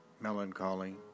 melancholy